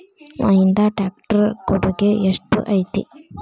Mahindra tractor ಕೊಡುಗೆ ಎಷ್ಟು ಐತಿ?